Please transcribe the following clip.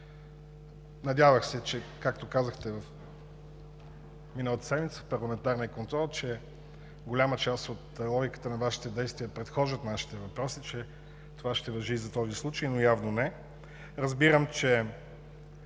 Надявах се, както казахте миналата седмица в парламентарния контрол – че голяма част от логиката на Вашите действия предхожда нашите въпроси, и че това ще важи и за този случай, но явно не. Разбирам, че